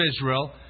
Israel